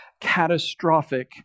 catastrophic